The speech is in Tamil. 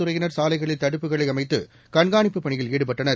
துறையினர் சாலைகளில் தடுப்புகளை அமைத்துஇ கண்காணிப்பு பணியில் ஈடுபட்டனர்